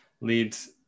leads